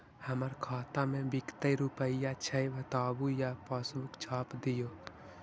हमर खाता में विकतै रूपया छै बताबू या पासबुक छाप दियो?